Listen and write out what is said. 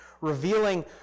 revealing